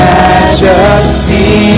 majesty